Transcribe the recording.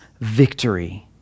victory